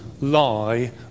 lie